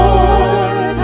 Lord